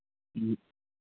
जी